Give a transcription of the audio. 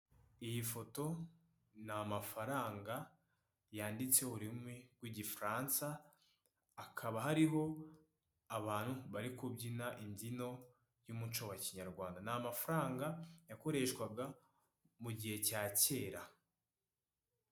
Iyi foto ni amafaranga yanditseho ururimi rw'igifaransa, akaba hariho abantu bari kubyina imbyino y'umuco wa kinyarwanda. Ni amafaranga yakoreshwaga mugihe cya kera.